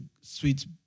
sweet